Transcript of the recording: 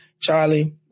Charlie